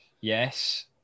Yes